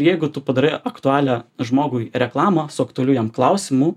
ir jeigu tu padarai aktualią žmogui reklamą su aktualiu jam klausimu